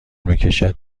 میکشد